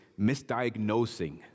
misdiagnosing